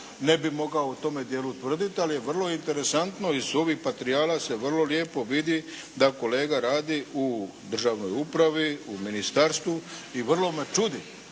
ne bi mogao o tome dijelu tvrditi. Ali je vrlo interesantno i iz ovih materijala se vrlo lijepo vidi da kolega radi u državnoj upravi, u ministarstvu i vrlo me čudi